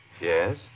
Yes